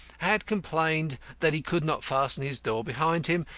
had complained that he could not fasten his door behind him,